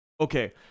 Okay